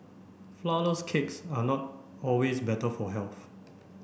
flourless cakes are not always better for health